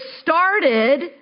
started